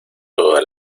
toda